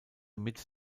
mit